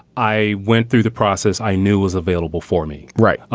i went through the process i knew was available for me. right.